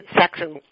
section